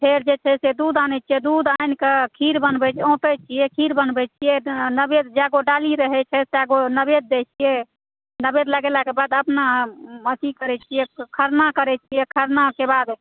फेर जे छै से दूध आनै छियै दूध आनि कऽ खीर बनबै औंटै छियै खीर बनबै छियै नवेद जाय गो डाली रहै छै ताए गो नवेद दै छियै नवेद लगेलाक बाद अपना अथी करै छियै खरना करै छियै खरना के बाद